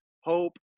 hope